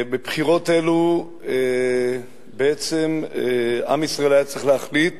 בבחירות אלו בעצם עם ישראל היה צריך להחליט